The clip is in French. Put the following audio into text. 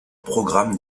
programme